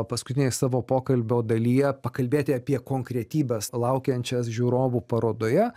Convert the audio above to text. paskutinėje savo pokalbio dalyje pakalbėti apie konkretybes laukiančias žiūrovų parodoje